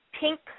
pink